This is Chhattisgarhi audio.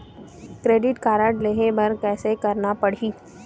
क्रेडिट कारड लेहे बर कैसे करना पड़ही?